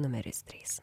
numeris trys